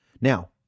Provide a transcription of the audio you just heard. Now